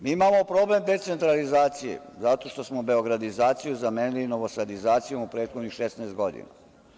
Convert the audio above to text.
Mi imamo problem decentralizacije zato što smo beogradizaciju zamenili novosadizacijom u prethodnih 16 godine.